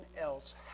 else